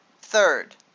Third